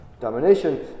domination